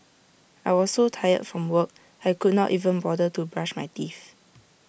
I was so tired from work I could not even bother to brush my teeth